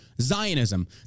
Zionism